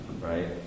right